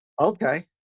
okay